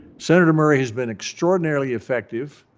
senator murray has been extraordinarily effective,